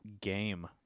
game